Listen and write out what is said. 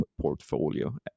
portfolio